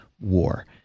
war